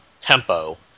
tempo